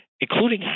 including